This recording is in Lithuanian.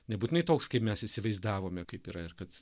nebūtinai toks kai mes įsivaizdavome kaip yra ir kad